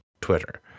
Twitter